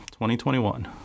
2021